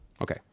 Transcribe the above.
Okay